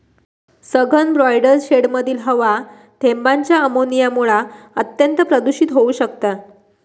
सघन ब्रॉयलर शेडमधली हवा थेंबांच्या अमोनियामुळा अत्यंत प्रदुषित होउ शकता